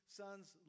son's